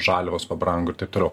žaliavos pabrango ir taip toliau